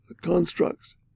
constructs